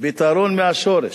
פתרון מהשורש.